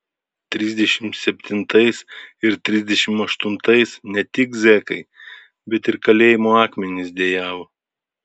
trisdešimt septintais ir trisdešimt aštuntais ne tik zekai bet ir kalėjimo akmenys dejavo